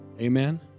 Amen